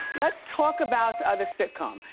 let's talk about ah the sitcom.